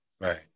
Right